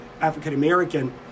African-American